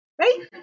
Right